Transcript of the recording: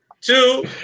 Two